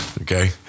Okay